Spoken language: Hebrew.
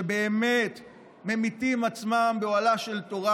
שבאמת ממיתים עצמם באוהלה של תורה,